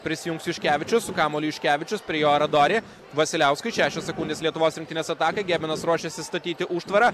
prisijungs juškevičius su kamuoliu juškevičius prie jo aradori vasiliauskui šešios sekundės lietuvos rinktinės atakai gebenas ruošiasi statyti užtvarą